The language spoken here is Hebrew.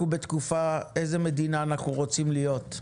אנחנו בתקופה שאנחנו צריכים להחליט איזו מדינה אנחנו רוצים להיות,